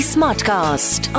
Smartcast